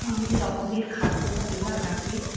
অনেক রকমের খাদ্যতালিকা থাকে